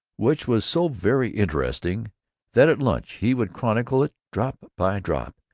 which was so very interesting that at lunch he would chronicle it drop by drop,